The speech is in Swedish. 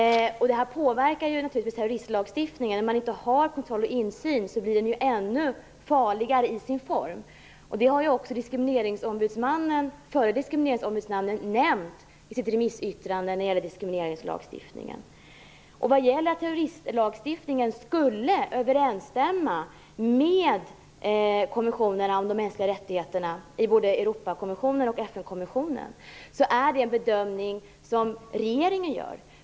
Det här påverkar naturligtvis terroristlagstiftningen. När man inte har kontroll och insyn blir den ju ännu farligare i sin form. Det har också den förre diskrimineringsombudsmannen nämnt i sitt remissyttrande när det gäller diskrimineringslagstiftningen. När det gäller huruvida terroristlagstiftningen skulle överensstämma med konventionerna om de mänskliga rättigheterna i både Europakonventionen och FN-konventionen är det en bedömning som regeringen gör.